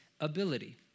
ability